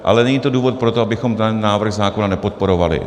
Ale není to důvod pro to, abychom ten návrh zákona nepodporovali.